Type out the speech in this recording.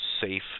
safe